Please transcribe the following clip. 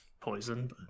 poison